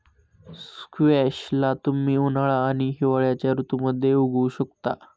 squash ला तुम्ही उन्हाळा आणि हिवाळ्याच्या ऋतूमध्ये उगवु शकता